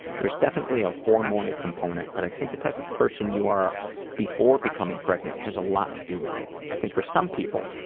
there's definitely a hormonal component but i think the type of person you are before becoming pregnant has a lot to do with it. i think for some people,